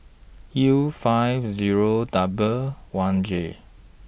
U five Zero one J